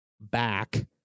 back